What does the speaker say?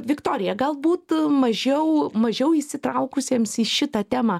viktorija galbūt mažiau mažiau įsitraukusiems į šitą temą